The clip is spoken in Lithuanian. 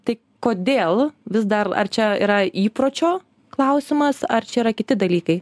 tai kodėl vis dar ar čia yra įpročio klausimas ar čia yra kiti dalykai